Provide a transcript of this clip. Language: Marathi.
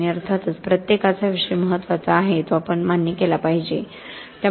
आणि अर्थातच प्रत्येकाचा विषय महत्त्वाचा आहे तो आपण मान्य केला पाहिजे